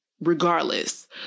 regardless